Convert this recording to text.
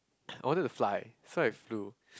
I wanted to fly so I have to